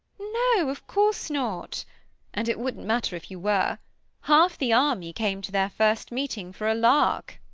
no, of course not and it wouldn't matter if you were half the army came to their first meeting for a lark.